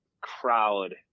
crowd